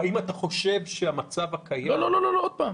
פתחתי ואמרתי